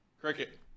Cricket